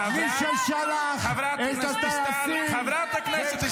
מי ששלח את הטייסים --- חצוף.